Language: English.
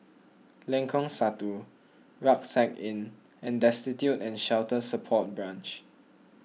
Lengkong Satu Rucksack Inn and Destitute and Shelter Support Branch